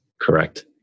Correct